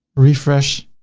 refresh.